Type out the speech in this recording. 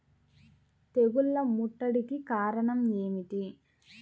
తెగుళ్ల ముట్టడికి కారణం ఏమిటి?